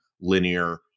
linear